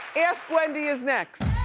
ask wendy is next.